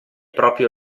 proprio